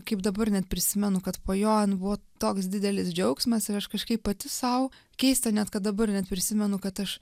kaip dabar net prisimenu kad po jo nu buvo toks didelis džiaugsmas ir aš kažkaip pati sau keista net kad dabar net prisimenu kad aš